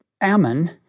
Ammon